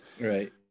Right